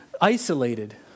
isolated